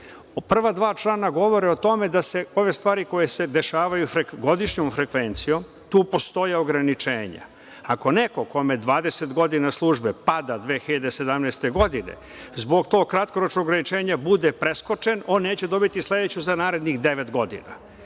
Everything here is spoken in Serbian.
Prva dva člana govore o tome da se ove stvari koje se dešavaju godišnjom frekvencijom… Tu postoje ograničenja. Ako neko kome 20 godina službe pada 2017. godine, zbog tog kratkoročnog ograničenja bude preskočen, on neće dobiti sledeću za narednih devet godina.